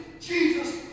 Jesus